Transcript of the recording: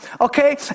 okay